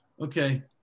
Okay